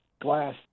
glass